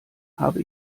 habe